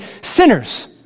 sinners